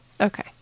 Okay